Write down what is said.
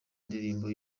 indirimbo